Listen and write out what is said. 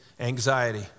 anxiety